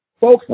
Folks